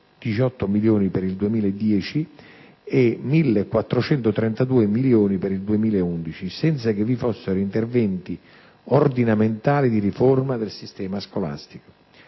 1.218 milioni per il 2010 ed euro 1.432 milioni per il 2011, senza che vi fossero interventi ordinamentali di riforma del sistema scolastico.